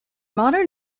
modern